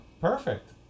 perfect